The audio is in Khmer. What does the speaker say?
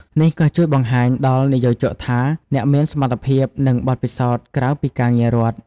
នេះក៏ជួយបង្ហាញដល់និយោជកថាអ្នកមានសមត្ថភាព និងបទពិសោធន៍ក្រៅពីការងាររដ្ឋ។